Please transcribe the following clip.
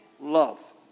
Love